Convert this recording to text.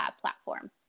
platform